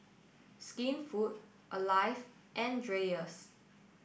Skinfood Alive and Dreyers